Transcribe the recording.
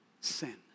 sin